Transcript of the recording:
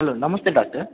hello ನಮಸ್ತೆ doctor